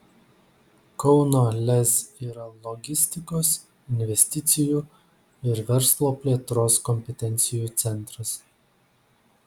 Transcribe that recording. kauno lez yra logistikos investicijų ir verslo plėtros kompetencijų centras